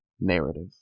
narrative